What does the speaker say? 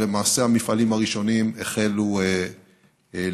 ולמעשה המפעלים הראשונים החלו להיבנות.